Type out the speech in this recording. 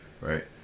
Right